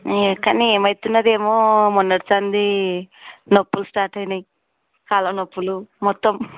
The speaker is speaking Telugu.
కాని ఏమవుతున్నదో ఏమో మొన్నటి సంది నొప్పులు స్టార్ట్ అయినాయి కాళ్ళ నొప్పులు మొత్తం